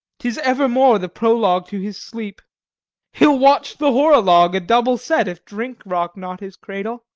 tis evermore the prologue to his sleep he'll watch the horologe a double set if drink rock not his cradle.